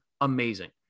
amazing